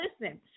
listen